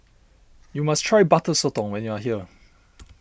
you must try Butter Sotong when you are here